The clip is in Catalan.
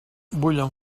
bullen